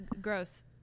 gross